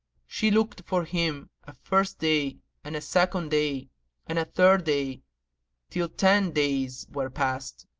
she looked for him a first day and a second day and a third day till ten days were past,